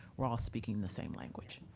we're all speaking the same language.